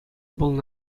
пулнӑ